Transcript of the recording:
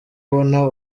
ubona